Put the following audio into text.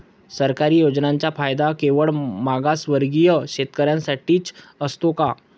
सरकारी योजनांचा फायदा केवळ मागासवर्गीय शेतकऱ्यांसाठीच असतो का?